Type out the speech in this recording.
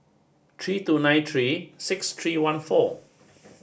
three two nine three six three one four